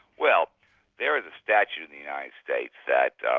well there is a statute in the united states that